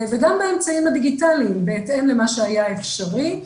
וגם באמצעים הדיגיטליים בהתאם למה שהיה אפשרי.